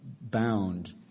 bound